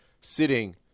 sitting